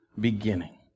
beginning